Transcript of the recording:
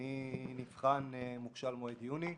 אני נבחן מוכשל מועד יוני,